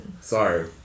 sorry